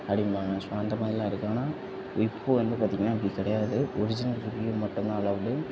அப்படின்பாங்க ஸோ அந்த மாரிலாம் இருக்கு ஆனால் இப்போ வந்து பார்த்தீங்கன்னா அப்படி கிடையாது ஒரிஜினல் ரிவியூ மட்டும்தான் அலவுடு